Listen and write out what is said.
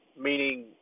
meaning